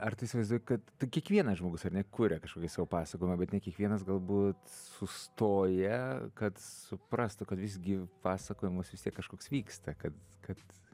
ar tu įsivaizduoji kad tu kiekvienas žmogus ar ne kuria kažkokį savo pasakojimą bet ne kiekvienas galbūt sustoja kad suprastų kad visgi pasakojimas vistiek kažkoks vyksta kad kad